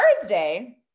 Thursday